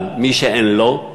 אבל מי שאין לו,